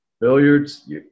billiards